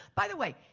by the way,